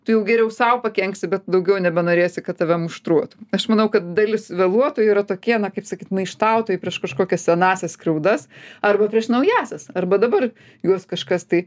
tu jau geriau sau pakenksi bet daugiau nebenorėsi kad tave muštruotų aš manau kad dalis vėluotojų yra tokie na kaip sakyt maištautojai prieš kažkokias senąsias skriaudas arba prieš naująsias arba dabar juos kažkas tai